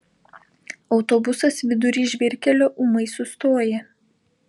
autobusas vidury žvyrkelio ūmai sustoja